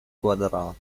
quadrato